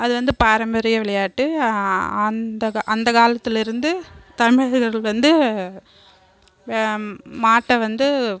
அது வந்து பாரம்பரிய விளையாட்டு அந்த அந்த காலத்தில் இருந்து தமிழர்கள் வந்து மாட்டை வந்து